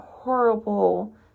horrible